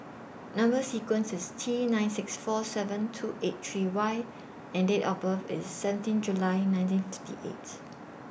Number sequence IS T nine six four seven two eight three Y and Date of birth IS seventeen July nineteen fifty eight